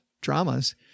dramas